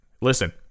listen